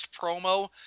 promo